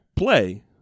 play